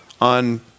on